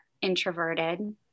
introverted